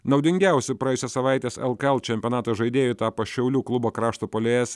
naudingiausiu praėjusios savaitės lkl čempionato žaidėju tapo šiaulių klubo krašto puolėjas